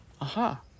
aha